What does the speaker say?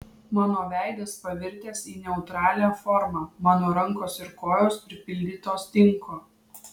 mano veidas pavirtęs į neutralią formą mano rankos ir kojos pripildytos tinko